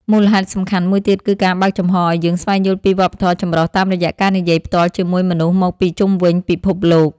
មូលហេតុសំខាន់មួយទៀតគឺការបើកចំហរឱ្យយើងស្វែងយល់ពីវប្បធម៌ចម្រុះតាមរយៈការនិយាយផ្ទាល់ជាមួយមនុស្សមកពីជុំវិញពិភពលោក។